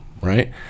Right